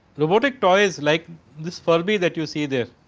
robotic toys like this furby that you see there.